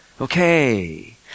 okay